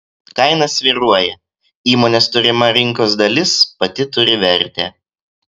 kaina svyruoja įmonės turima rinkos dalis pati turi vertę